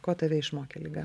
ko tave išmokė liga